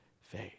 faith